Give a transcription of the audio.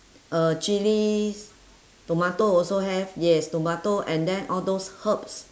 uh chillies tomato also have yes tomato and then all those herbs